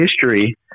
history